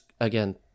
again